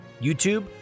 YouTube